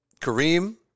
Kareem